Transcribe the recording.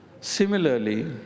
Similarly